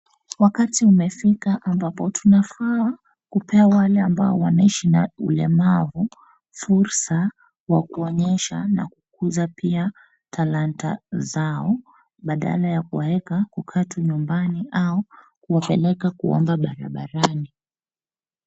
Wakati umefika ambapo tunafaa kupea wale ambao wanaishi na ulemavu fursa wa kuonyesha na kukuza pia talanta zao badala ya kuwaweka kukaa tu nyumbani au kuwapeleka kuomba barabarani.